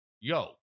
yo